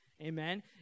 Amen